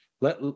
let